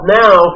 now